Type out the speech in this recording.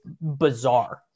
bizarre